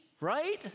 right